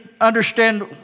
understand